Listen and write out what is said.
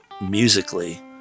musically